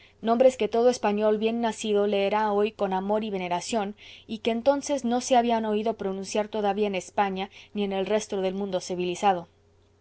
nombres que todo español bien nacido leerá hoy con amor y veneración y que entonces no se habían oído pronunciar todavía en españa ni en el resto del mundo civilizado